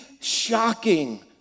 shocking